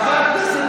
החוצה.